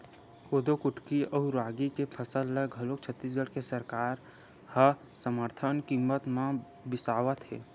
कोदो कुटकी अउ रागी के फसल ल घलोक छत्तीसगढ़ के सरकार ह समरथन कीमत म बिसावत हे